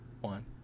one